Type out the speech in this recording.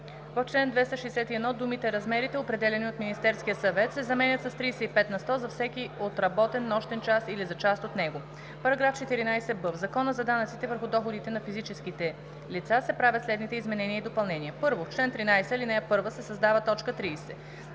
в чл. 261 думите „размерите, определени от Министерския съвет“ се заменят с „35 на сто за всеки отработен нощен час или за част от него“. §14б. В Закона за данъците върху доходите на физическите лица се правят следните изменения и допълнения: 1. В чл. 13, ал. 1 се създава т. 30: